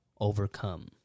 overcome